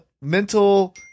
mental